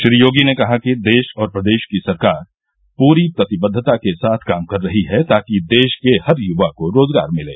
श्री योगी ने कहा कि देश और प्रदेश की सरकार प्री प्रतिबद्धता के साथ काम कर रही है ताकि देश के हर युवा को रोजगार मिले